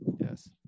Yes